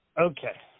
okay